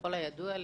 ככל הידוע לי,